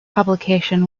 publication